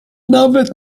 nawet